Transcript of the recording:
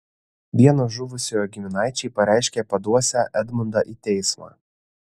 vieno žuvusiojo giminaičiai pareiškė paduosią edmundą į teismą